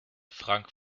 frank